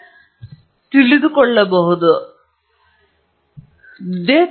ಅಂದರೆ ಒಂದು ವಿಶ್ಲೇಷಣೆಯ ಕೊನೆಯ ಬಳಕೆಯನ್ನು ಮುಖ್ಯವಾಗಿ ನೀವು ಹೊರತೆಗೆಯುವ ಮಾಹಿತಿಯನ್ನು ನೀವು ಹೇಗೆ ಬಳಸುತ್ತೀರಿ